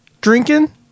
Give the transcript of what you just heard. drinking